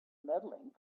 medaling